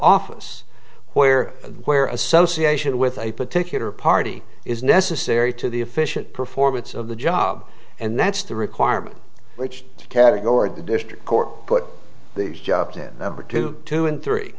office where the where association with a particular party is necessary to the efficient performance of the job and that's the requirement which category the district court put these jobs have over two two and three